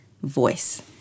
Voice